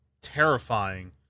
terrifying